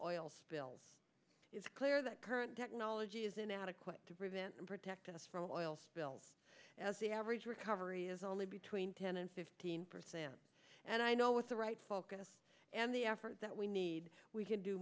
oil spills it's clear that current technology is inadequate to prevent and protect us from oil spills the average recovery is only between ten and fifteen percent and i know with the right focus and the effort that we need we can do